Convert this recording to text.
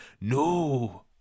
No